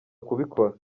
kubikora